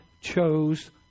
chose